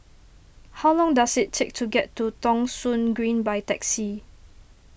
how long does it take to get to Thong Soon Green by taxi